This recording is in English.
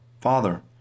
Father